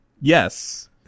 Yes